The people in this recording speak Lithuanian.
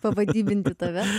pavadybinti tave